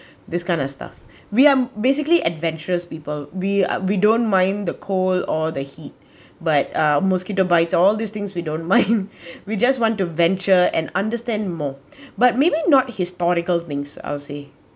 this kind of stuff we are basically adventurous people we we don't mind the cold or the heat but uh mosquito bites all these things we don't mind we just want to venture and understand more but maybe not historical things I will say